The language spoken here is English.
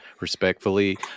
respectfully